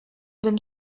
bym